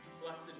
Blessed